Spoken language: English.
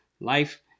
Life